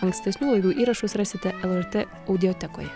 ankstesnių laidų įrašus rasite lrt audiotekoje